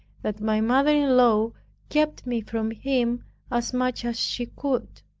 that my mother-in-law kept me from him as much as she could.